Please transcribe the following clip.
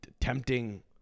tempting